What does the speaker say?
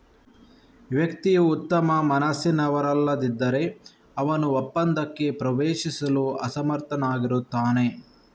ವ್ಯಕ್ತಿಯು ಉತ್ತಮ ಮನಸ್ಸಿನವರಲ್ಲದಿದ್ದರೆ, ಅವನು ಒಪ್ಪಂದಕ್ಕೆ ಪ್ರವೇಶಿಸಲು ಅಸಮರ್ಥನಾಗಿರುತ್ತಾನೆ